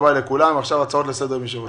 עכשיו הצעות לסדר, מי שרוצה.